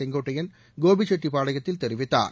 செங்கோட்டையன் கோபிசெட்டிப்பாளையத்தில் தெரிவித்தார்